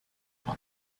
but